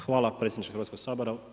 Hvala predsjedniče Hrvatskog sabora.